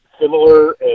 similar